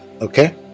Okay